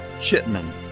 Chipman